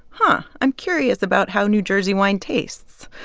huh, i'm curious about how new jersey wine tastes.